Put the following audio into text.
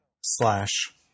slash